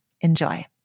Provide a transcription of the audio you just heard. Enjoy